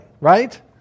right